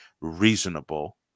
reasonable